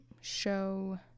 show